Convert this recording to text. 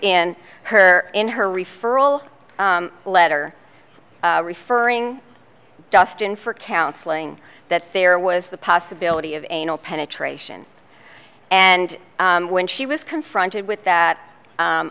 in her in her referral letter referring dustin for counseling that there was the possibility of anal penetration and when she was confronted with that